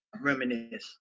reminisce